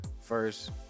First